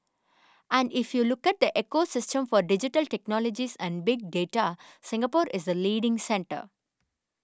and if you look at the ecosystem for digital technologies and big data Singapore is the leading centre